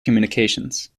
communications